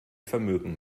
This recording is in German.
vermögen